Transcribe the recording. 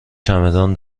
چمدان